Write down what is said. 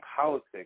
politics